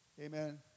Amen